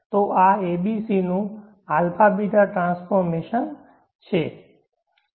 તો આ abc નું α β ટ્રાન્સફોર્મેશન છે